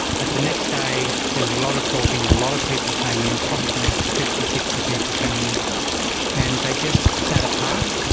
but the next day there was a lot of talking, a lot of people came in, probably up to fifty sixty people came in and they just sat apart.